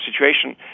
situation